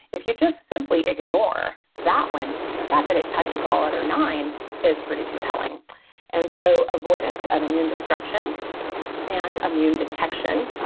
if you just simply ignore that one, the fact that it touches all other nine is pretty compelling and so avoidance of immune destruction and immune detection,